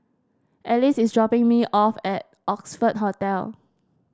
Alice is dropping me off at Oxford Hotel